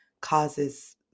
causes